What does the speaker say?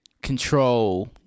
control